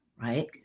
right